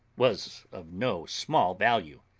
was of no small value,